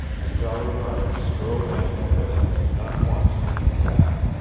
and jolly roger strode down the trail, not once looking back,